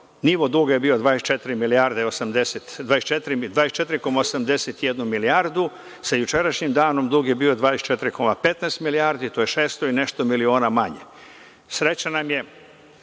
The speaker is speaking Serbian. nivo duga je bio 24,81 milijardu, sa jučerašnjim danom dug je bio 24,15 milijardi to je 600 miliona manje. Srećna